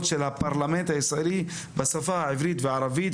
של הפרלמנט הישראלי בשפה העברית והערבית".